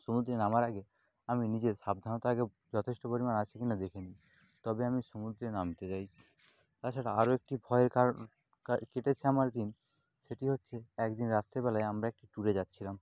সমুদ্রে নামার আগে আমি নিজের সাবধানতা আগে যথেষ্ট পরিমাণ আছে কি না দেখে নিই তবে আমি সমুদ্রে নামতে যাই তাছাড়া আরও একটি ভয়ের কারণ কেটেছে আমার দিন সেটি হচ্ছে এক দিন রাত্রি বেলায় আমরা একটি ট্যুরে যাচ্ছিলাম